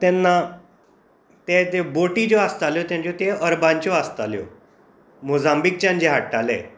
तेन्ना ते ज्यो बोटी आसताल्यो तेंच्यो त्यो अरबांच्यो आसताल्यो मोजांंबीकच्यान जे हाडटाले